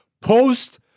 Post